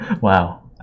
wow